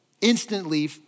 instantly